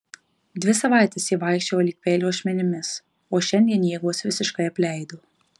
dvi savaites ji vaikščiojo lyg peilio ašmenimis o šiandien jėgos visiškai apleido